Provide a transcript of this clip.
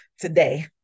today